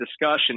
discussion